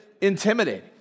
intimidating